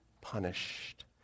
punished